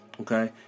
Okay